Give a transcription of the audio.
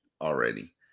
already